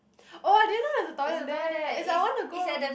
oh I didn't know there's a toilet there as I want to go